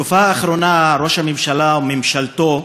בתקופה האחרונה ראש הממשלה וממשלתו,